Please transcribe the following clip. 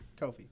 Kofi